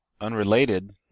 Unrelated